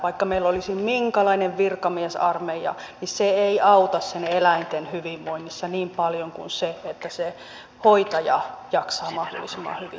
vaikka meillä olisi minkälainen virkamiesarmeija niin se ei auta eläinten hyvinvoinnissa niin paljon kuin se että se hoitaja jaksaa mahdollisimman hyvin